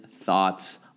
thoughts